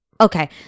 okay